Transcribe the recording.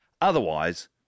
Otherwise